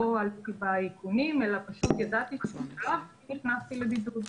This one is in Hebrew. לא עליתי באיכונים אלא פשוט ידעתי --- נכנסתי לבידוד.